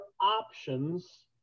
options